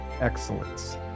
excellence